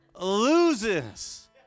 loses